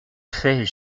fait